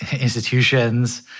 institutions